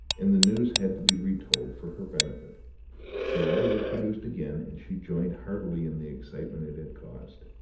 and the news had to be retold for her benefit the letter was produced again, and she joined heartily in the excitement it had caused.